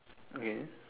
okay